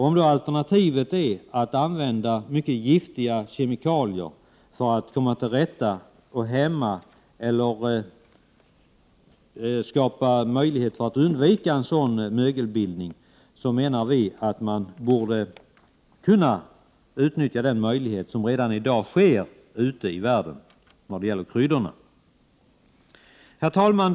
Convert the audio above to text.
Om alternativet då är att man använder mycket giftiga kemikalier för att söka undvika mögelbildning, anser vi att den möjlighet som redan i dag finns ute i världen kan utnyttjas. Herr talman!